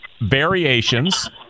variations